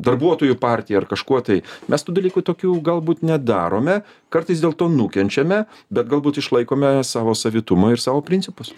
darbuotojų partija ar kažkuotai mes tų dalykų tokių galbūt nedarome kartais dėl to nukenčiame bet galbūt išlaikome savo savitumą ir savo principus